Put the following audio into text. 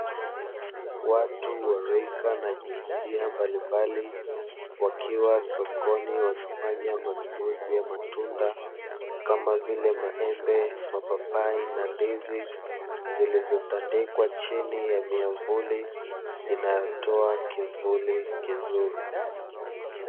Watu wa rika na jinsia mbalimbali wakiwa sokoni wakifanya manunuzi ya matunda kama vile maembe, mapapai na ndizi zilizotandikwa chini ya miamvuli inayotoa kivuli kizuri.